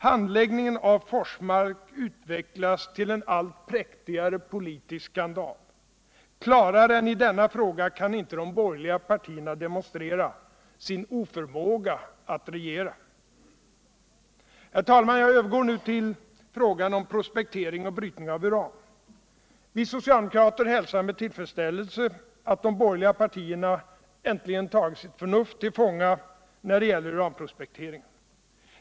Handläggningen av Forsmark utvecklas till en allt präktigare politisk skandal. Klarare än i denna fråga kan inte de borgerliga partierna demonstrera sin oförmåga att regera. Herr talman! Jag övergår nu till frågan om prospektering och brytning av uran. Vi socialdemokrater hälsar med tillfredsställelse att de borgerliga partierna äntligen tagit sitt förnuft till fånga när det gäller uranprospekteringen.